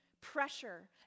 pressure